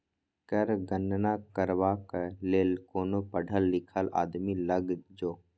कर गणना करबाक लेल कोनो पढ़ल लिखल आदमी लग जो